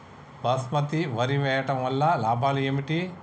బాస్మతి వరి వేయటం వల్ల లాభాలు ఏమిటి?